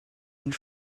and